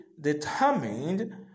determined